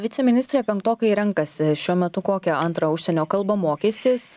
viceministre penktokai renkasi šiuo metu kokią antrą užsienio kalbą mokysis